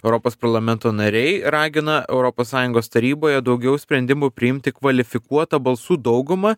europos parlamento nariai ragina europos sąjungos taryboje daugiau sprendimų priimti kvalifikuota balsų dauguma